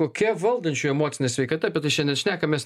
kokia valdančiųjų emocinė sveikata apie tai šiandien šnekamės